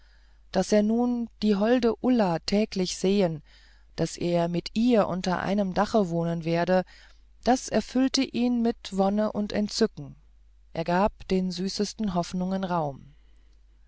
daß er nun die holde ulla täglich sehen daß er mit ihr unter einem dache wohnen werde das erfüllte ihn mit wonne und entzücken er gab den süßesten hoffnungen raum